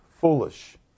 foolish